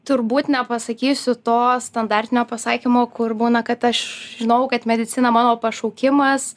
turbūt nepasakysiu to standartinio pasakymo kur būna kad aš žinojau kad medicina mano pašaukimas